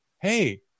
Hey